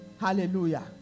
Hallelujah